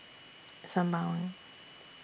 Sembawang